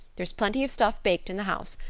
there's plenty of stuff baked in the house.